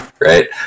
right